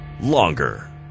longer